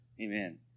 Amen